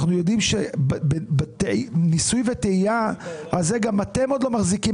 אנחנו יודעים שזה ניסוי וטעייה וגם אתם לא מחזיקים